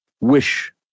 wish